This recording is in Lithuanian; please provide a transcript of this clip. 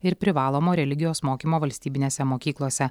ir privalomo religijos mokymo valstybinėse mokyklose